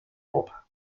copa